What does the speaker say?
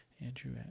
Andrew